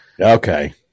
Okay